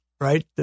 right